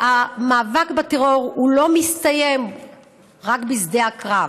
והמאבק בטרור, הוא לא מסתיים רק בשדה הקרב.